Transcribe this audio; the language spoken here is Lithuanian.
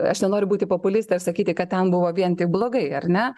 aš nenoriu būti populistė ir sakyti kad ten buvo vien tik blogai ar ne